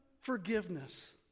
forgiveness